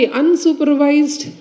unsupervised